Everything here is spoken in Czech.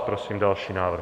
Prosím další návrh.